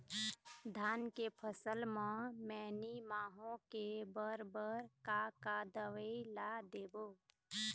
धान के फसल म मैनी माहो के बर बर का का दवई ला देबो?